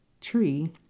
tree